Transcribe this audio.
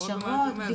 הכשרות,